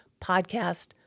podcast